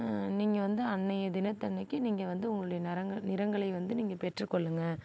நீங்கள் வந்து அன்றைய தினத்தன்னைக்கு நீங்கள் உங்களுடைய நிறங்களை வந்து நீங்க பெற்று கொள்ளுங்கள்